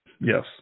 Yes